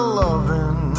loving